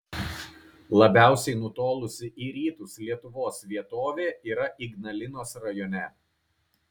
labiausiai nutolusi į rytus lietuvos vietovė yra ignalinos rajone